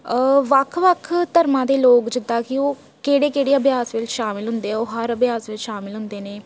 ਵੱਖ ਵੱਖ ਧਰਮਾਂ ਦੇ ਲੋਕ ਜਿੱਦਾਂ ਕਿ ਉਹ ਕਿਹੜੇ ਕਿਹੜੇ ਅਭਿਆਸ ਵਿੱਚ ਸ਼ਾਮਿਲ ਹੁੰਦੇ ਆ ਉਹ ਹਰ ਅਭਿਆਸ ਵਿੱਚ ਸ਼ਾਮਿਲ ਹੁੰਦੇ ਨੇ